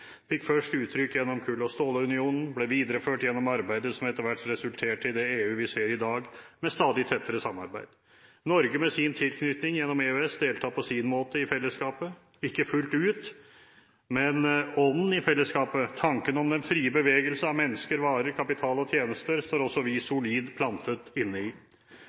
fikk først uttrykk gjennom Kull- og stålunionen, og ble videreført gjennom arbeidet som etter hvert resulterte i det EU vi ser i dag, med stadig tettere samarbeid. Norge med sin tilknytning gjennom EØS deltar på sin måte i fellesskapet, ikke fullt ut, men ånden i fellesskapet, tanken om den frie bevegelse av mennesker, varer, kapital og tjenester, står også vi solid plantet inne i.